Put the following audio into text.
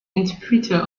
interpreter